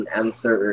answer